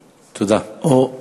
או,